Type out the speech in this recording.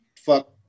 fuck